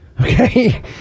Okay